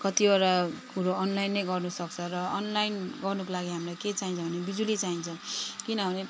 कतिवटा कुरो अनलाइनै गर्नुसक्छ र अनलाइन गर्नुको लागि हामीलाई के चाहिन्छ भने बिजुली चाहिन्छ किनभने